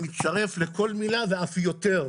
אני מצטרף לכל מילה ואף יותר.